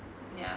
ya